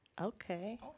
Okay